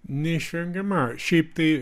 neišvengiama šiaip tai